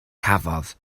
cafodd